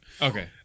Okay